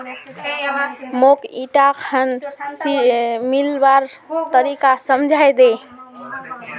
मौक ईटा खाद मिलव्वार तरीका समझाइ दे